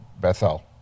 Bethel